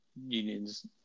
unions